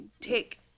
take